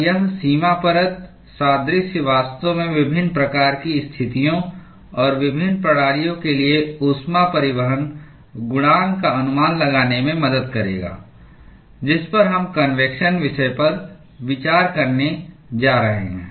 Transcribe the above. और यह सीमा परत सादृश्य वास्तव में विभिन्न प्रकार की स्थितियों और विभिन्न प्रणालियों के लिए ऊष्मा परिवहन गुणांक का अनुमान लगाने में मदद करेगा जिस पर हम कन्वेक्शन विषय पर विचार करने जा रहे हैं